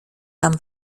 tam